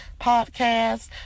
Podcast